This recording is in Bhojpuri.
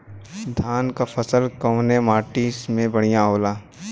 धान क फसल कवने माटी में बढ़ियां होला?